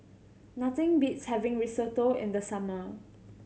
nothing beats having Risotto in the summer